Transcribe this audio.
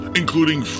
including